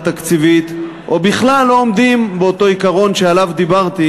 תקציבית או בכלל לא עומדות באותו עיקרון שעליו דיברתי,